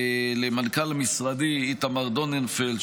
למנכ"ל משרדי איתמר דוננפלד,